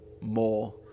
more